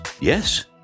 Yes